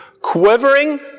quivering